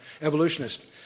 evolutionist